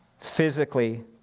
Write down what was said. physically